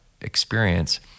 experience